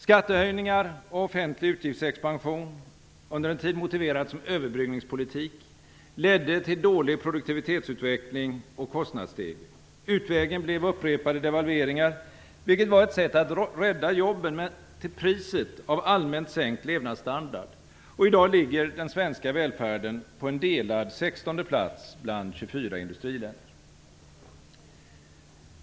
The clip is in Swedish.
Skattehöjningar och offentlig utgiftsexpansion, under en tid motiverad som överbryggningspolitik, ledde till dålig produktivitetsutveckling och till kostnadsstegring. Utvägen blev upprepade devalveringar, vilket var ett sätt att rädda jobben, men till priset av allmänt sänkt levnadsstandard. I dag ligger den svenska välfärden på en delad 16:e plats bland 24 industriländer.